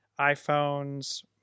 iPhones